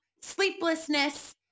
sleeplessness